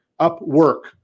Upwork